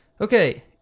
Okay